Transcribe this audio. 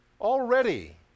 Already